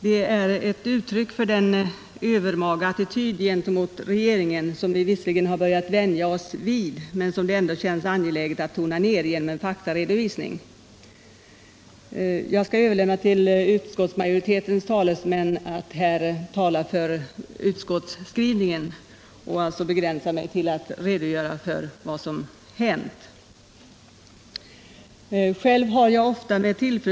Den är ett uttryck för den övermaga attityd gentemot regeringen som vi visserligen har börjat vänja oss vid men som det ändå känns angeläget att tona ner genom en faktaredovisning. Jag skall överlåta till utskottsmajoritetens talesmän att här kommentera utskottets skrivning och begränsa mig till att redogöra för vad som hänt på detta område.